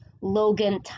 Logan